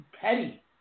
petty